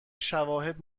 شواهد